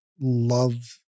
love